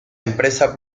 empresa